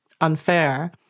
unfair